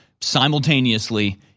simultaneously